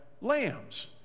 lambs